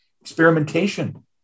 experimentation